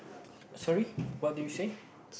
sorry what did you say